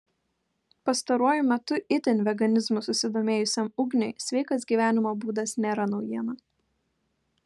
pastaruoju metu itin veganizmu susidomėjusiam ugniui sveikas gyvenimo būdas nėra naujiena